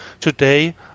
Today